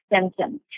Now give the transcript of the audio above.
symptoms